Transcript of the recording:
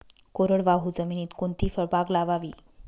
कोरडवाहू जमिनीत कोणती फळबाग लावावी?